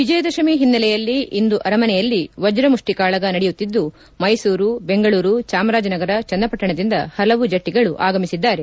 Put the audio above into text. ವಿಜಯ ದಶಮಿ ಹಿನ್ನೆಲೆಯಲ್ಲಿ ಇಂದು ಅರಮನೆಯಲ್ಲಿ ವಜ್ರ ಮುಷ್ಠಿ ಕಾಳಗ ನಡೆಯುತ್ತಿದ್ದು ಮೈಸೂರು ಬೆಂಗಳೂರು ಚಾಮರಾಜನಗರ ಚನ್ನಪಟ್ಟಣದಿಂದ ಹಲವು ಜಟ್ಟಿಗಳು ಆಗಮಿಸಿದ್ದಾರೆ